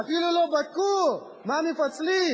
אפילו לא בדקו מה מפצלים.